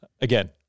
Again